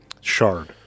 shard